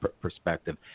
perspective